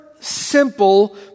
simple